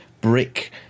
brick